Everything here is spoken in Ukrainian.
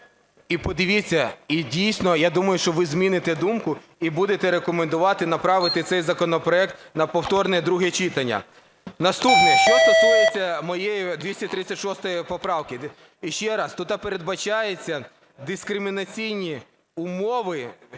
І подивіться, і дійсно, я думаю, що ви зміните думку, і будете рекомендувати направити цей законопроект на повторне друге читання. Наступне, що стосується моєї 236 поправки. Ще раз, тут передбачається дискримінаційні умови,